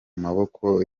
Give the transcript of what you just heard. maboko